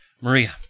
Maria